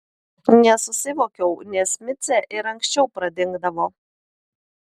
nesusivokiau nes micė ir anksčiau pradingdavo